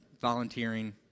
volunteering